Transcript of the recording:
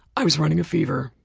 i was running a fever,